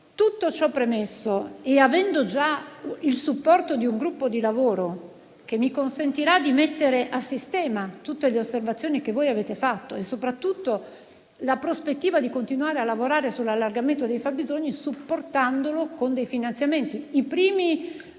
tutto ciò premesso, io ho già il supporto di un gruppo di lavoro che mi consentirà di mettere a sistema tutte le osservazioni che voi avete fatto e soprattutto la prospettiva di continuare a lavorare sull'allargamento dei fabbisogni, supportandolo con dei finanziamenti.